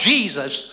Jesus